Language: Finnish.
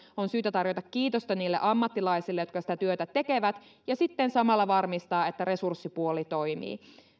on syytä tarjota kiitosta niille ammattilaisille jotka sitä työtä tekevät ja sitten samalla varmistaa että resurssipuoli toimii